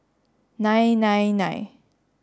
nine nine nine